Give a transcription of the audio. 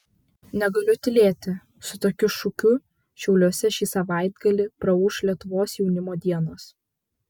negaliu tylėti su tokiu šūkiu šiauliuose šį savaitgalį praūš lietuvos jaunimo dienos